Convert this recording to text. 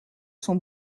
son